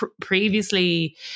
previously